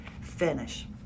finish